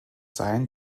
sein